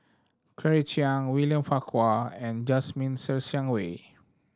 Claire Chiang William Farquhar and Jasmine Ser Xiang Wei